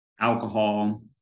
alcohol